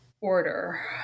order